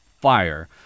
fire